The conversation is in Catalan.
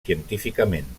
científicament